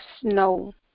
snow